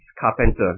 carpenter